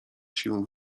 się